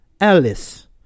Alice